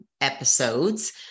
episodes